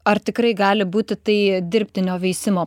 ar tikrai gali būti tai dirbtinio veisimo